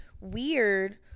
weird